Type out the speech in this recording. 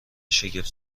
شگفت